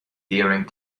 during